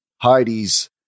Heidi's